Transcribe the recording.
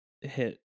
hit